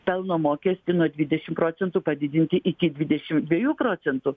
pelno mokestį nuo dvidešim procentų padidinti iki dvidešim dviejų procentų